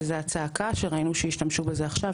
שזה הצעקה שראינו שהשתמשו בזה עכשיו,